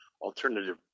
alternative